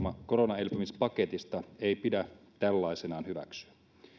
koronaelpymispaketista ei pidä tällaisenaan hyväksyä